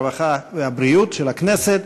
הרווחה והבריאות של הכנסת.